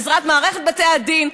בעזרת מערכת בתי הדין,